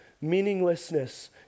meaninglessness